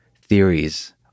theories